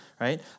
right